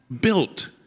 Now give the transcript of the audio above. built